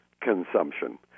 consumption